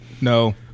no